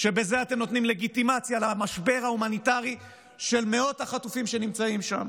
שבזה אתם נותנים לגיטימציה למשבר ההומניטרי של מאות החטופים שנמצאים שם,